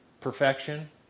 perfection